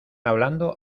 hablando